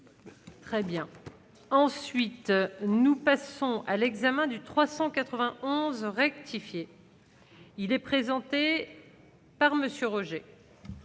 très bien. Ensuite, nous passons à l'examen du 391 rectifié, il est présenté par Monsieur